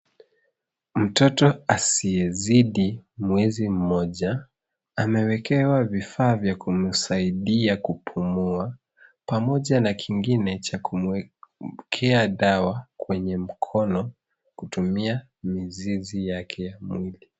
Mtoto asiyezidi mwezi moja, amewekewa vifaa vya kumsaidia kupumua , pamoja na kingine cha kumwekea dawa kwenye mkono kutumia mizizi yake ya mwili.